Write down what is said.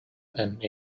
and